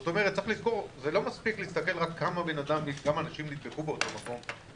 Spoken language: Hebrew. זאת אומרת שצריך לזכור שלא מספיק להסתכל כמה אנשים נדבקו באותו מקום,